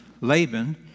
Laban